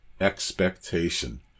expectation